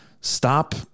stop